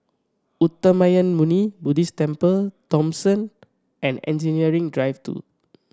Uttamayanmuni Buddhist Temple Thomson and Engineering Drive Two